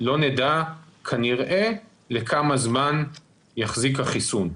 לא נדע כנראה לכמה זמן יחזיק החיסון.